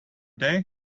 they